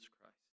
Christ